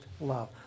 love